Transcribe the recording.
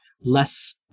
less